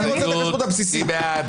מי נגד?